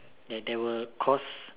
that that will cause